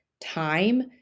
time